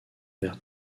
vers